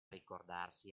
ricordarsi